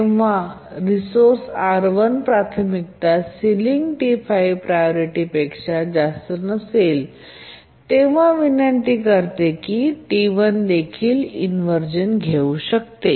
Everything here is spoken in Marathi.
जेव्हा रिसोर्स R1 प्राथमिकता सिलिंग T5 प्रायोरिटी पेक्षा जास्त नसेल तेव्हा विनंती करते तेव्हा T1 देखील इनव्हर्झन घेऊ शकते